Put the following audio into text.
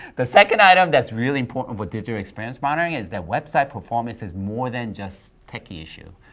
the second item that's really important for digital experience monitoring is that website performance is more than just tech issue.